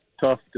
tough